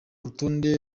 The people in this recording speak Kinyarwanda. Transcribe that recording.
rutonde